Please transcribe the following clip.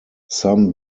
some